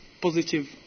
positive